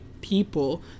people